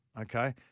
okay